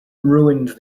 ruined